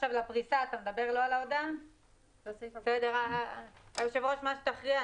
אדוני היושב-ראש, מה שתכריע.